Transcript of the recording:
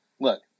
look